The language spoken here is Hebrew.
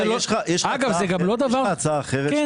יש לך הצעה אחרת?